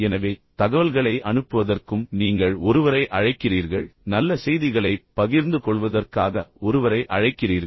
எனவே தகவல்களை அனுப்புவதற்கும் நீங்கள் ஒருவரை அழைக்கிறீர்கள் நல்ல செய்திகளைப் பகிர்ந்து கொள்வதற்காக ஒருவரை அழைக்கிறீர்கள்